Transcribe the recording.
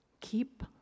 Keep